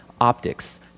optics